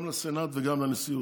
גם לסנאט וגם לנשיאות.